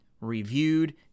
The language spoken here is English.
reviewed